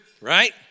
right